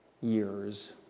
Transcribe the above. years